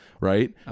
right